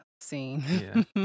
scene